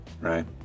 Right